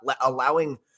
allowing